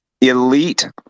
elite